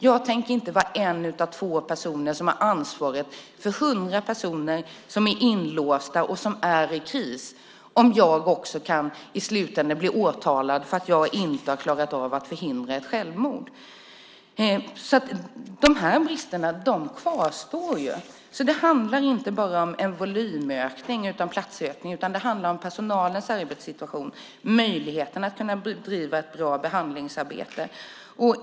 Jag tänker inte vara en av två personer som har ansvaret för 100 personer som är inlåsta och som är i kris om jag också i slutänden kan bli åtalad för att jag inte har klarat av att förhindra ett självmord! De här bristerna kvarstår. Det handlar inte bara om en volymökning och en platsökning utan också om personalens arbetssituation och möjligheten att bedriva ett bra behandlingsarbete.